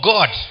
God